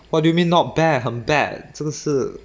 what do you mean not bad 很 bad 真的是